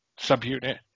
subunit